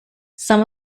some